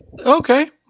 Okay